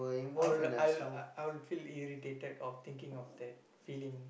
I'll I'll I'll feel irritated of thinking of that feeling